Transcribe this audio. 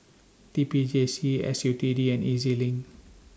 T P J C S U T D and E Z LINK